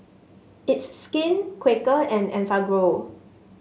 It's Skin Quaker and Enfagrow